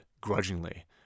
grudgingly